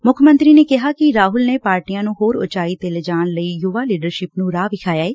ਮੁੱਖ ਮੰਤਰੀ ਨੇ ਕਿਹਾ ਕਿ ਰਾਹੂਲ ਨੇ ਪਾਰਟੀ ਨੂੰ ਹੋਰ ਊਚਾਈਆਂ 'ਤੇ ਲੈਜਾਣ ਲਈ ਯੁਵਾ ਲੀਡਰਸ਼ਿਪ ਨੂੰ ਰਾਹ ਦਿਖਾਇਆ ਹੈ